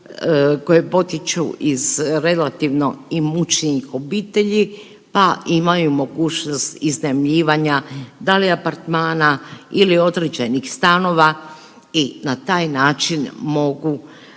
koje potiču iz relativno imućnijih obitelji pa imaju mogućnost iznajmljivanja da li apartmana ili određenih stanova i na taj način mogu